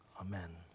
Amen